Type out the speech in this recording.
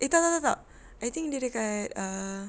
eh tak tak tak I think dia dekat ah